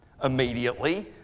immediately